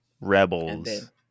Rebels